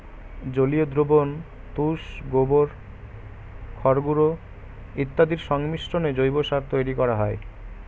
জলীয় দ্রবণ, তুষ, গোবর, খড়গুঁড়ো ইত্যাদির সংমিশ্রণে জৈব সার তৈরি করা হয়